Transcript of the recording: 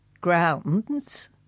grounds